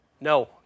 No